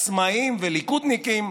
עצמאים וליכודניקים.